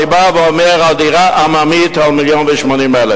אני בא ואומר: על דירה עממית, על מיליון ו-80,000.